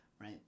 Right